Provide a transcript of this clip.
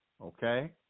okay